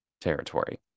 Territory